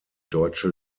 deutsche